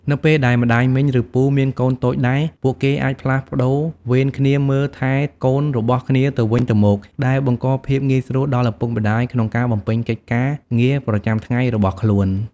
នៅពេលដែលម្ដាយមីង ឬពូ មានកូនតូចដែរ ពួកគេអាចផ្លាស់ប្ដូរវេនគ្នាមើលថែកូនរបស់គ្នាទៅវិញទៅមក ដែលបង្កភាពងាយស្រួលដល់ឪពុកម្ដាយក្នុងការបំពេញកិច្ចការងារប្រចាំថ្ងៃរបស់ខ្លួន។